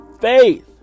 faith